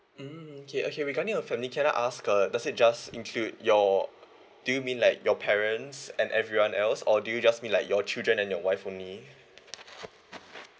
mm okay okay regarding your family can I ask uh does it just include your do you mean like your parents and everyone else or do you just mean like your children and your wife only